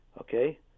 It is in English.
okay